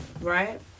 right